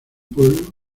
pueblo